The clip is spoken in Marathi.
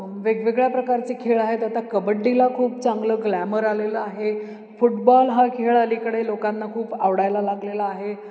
वेगवेगळ्या प्रकारचे खेळ आहेत आता कबड्डीला खूप चांगलं ग्लॅमर आलेलं आहे फुटबॉल हा खेळ अलीकडे लोकांना खूप आवडायला लागलेला आहे